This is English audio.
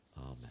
Amen